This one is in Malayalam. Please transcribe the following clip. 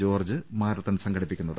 ജോർജ് മാരത്തൺ സംഘടി പ്പിക്കുന്നത്